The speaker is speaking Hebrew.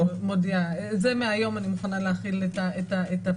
אני מודיעה, זה מהיום אני מוכנה להחיל את הפטור.